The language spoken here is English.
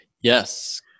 Yes